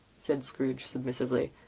said scrooge submissively,